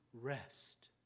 rest